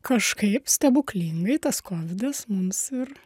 kažkaip stebuklingai tas kovidas mums ir